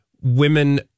women